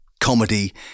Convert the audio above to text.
comedy